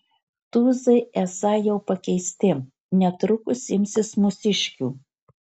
tūzai esą jau pakeisti netrukus imsis mūsiškių